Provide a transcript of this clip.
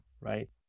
right